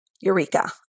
Eureka